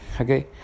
okay